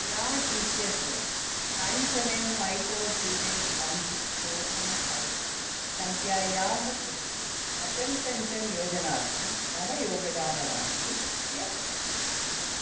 प्राण् इत्यस्य nine seven five four two eight one six four five five three सङ्ख्यायाः कृते Atal pension योजनार्थं मम योगदानराशिः कियत् अस्ति